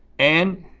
and.